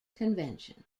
convention